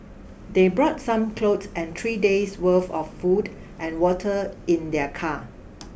they brought some cloth and three days' worth of food and water in their car